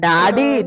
Daddy